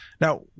Now